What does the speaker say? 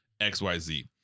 xyz